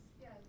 yes